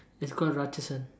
it's called Ratchasan